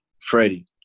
Freddie